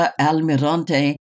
Almirante